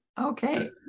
Okay